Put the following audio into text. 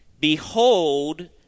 Behold